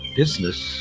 business